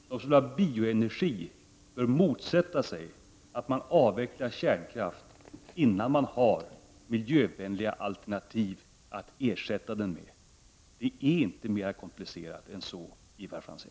Den som vill ha bioenergi bör motsätta sig en avveckling av kärnkraften innan man har miljövänliga alternativ att ersätta den med. Det är inte mer komplicerat än så, Ivar Franzén!